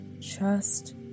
trust